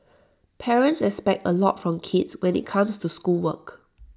parents expect A lot from kids when IT comes to schoolwork